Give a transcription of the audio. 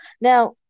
Now